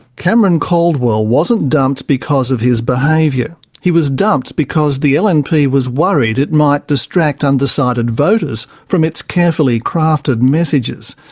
cameron caldwell wasn't dumped because of his behaviour he was dumped because the lnp was worried it might distract undecided voters from its carefully crafted messages.